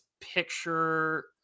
picture